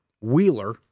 Wheeler